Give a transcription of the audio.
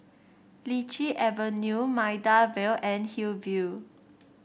Lichi Avenue Maida Vale and Hillview